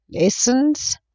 lessons